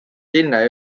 sinna